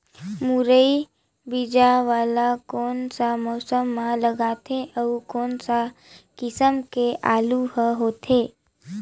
मुरई बीजा वाला कोन सा मौसम म लगथे अउ कोन सा किसम के आलू हर होथे?